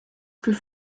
plus